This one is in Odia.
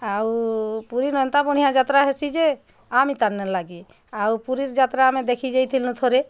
ଆଉ ପୁରୀ ନଁ ଏନ୍ତା ବଢ଼ିଁଆ ଯାତରା ହେସି ଯେ ଆ ମିତାନ୍ ନାଇଁଲାଗେ ଆଉ ପୁରୀର୍ ଯାତ୍ରା ଆମେ ଦେଖି ଯାଁଇଥିଲୁ ଥରେ